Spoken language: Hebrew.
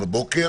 הבוקר.